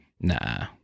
Nah